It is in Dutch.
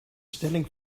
stelling